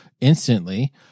instantly